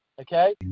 okay